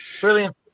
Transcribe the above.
Brilliant